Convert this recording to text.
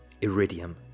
Iridium